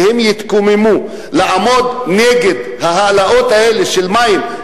שהם יתקוממו ויעמדו נגד ההעלאות האלה של מחיר מים,